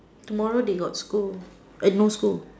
tomorrow they got school eh no school